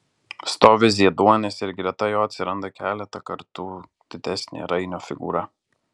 stovi zieduonis ir greta jo atsiranda keletą kartų didesnė rainio figūra